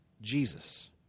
Jesus